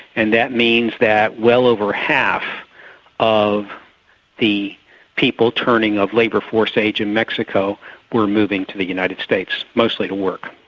and that means that well over half of the people turning of labour force age in mexico were moving to the united states, mostly to work.